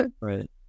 Right